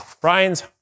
Brian's